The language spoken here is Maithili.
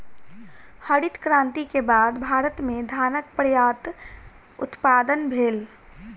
हरित क्रांति के बाद भारत में धानक पर्यात उत्पादन भेल